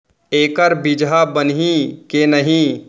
एखर बीजहा बनही के नहीं?